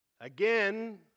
again